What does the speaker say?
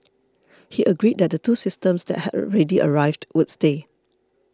he agreed that the two systems that had already arrived would stay